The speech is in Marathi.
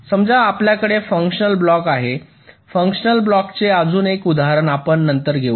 समजा आपल्याकडे फंक्शन ब्लॉक आहे फंक्शन ब्लॉक चे अजून एक उदाहरण आपण नंतर घेऊ